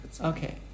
Okay